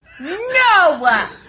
No